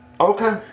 Okay